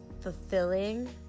fulfilling